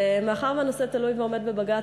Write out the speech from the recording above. מאחר שהנושא תלוי ועומד בבג"ץ,